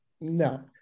no